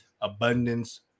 abundance